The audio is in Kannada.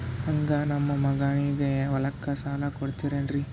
ಹಂಗ ನಮ್ಮ ಮಗನಿಗೆ ಓದಲಿಕ್ಕೆ ಸಾಲ ಕೊಡ್ತಿರೇನ್ರಿ?